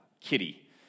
kitty